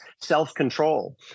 self-control